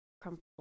crumple